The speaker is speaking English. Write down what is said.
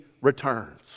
returns